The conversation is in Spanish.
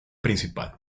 principal